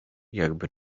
jakby